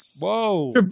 whoa